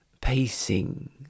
Pacing